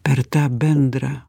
per tą bendrą